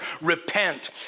Repent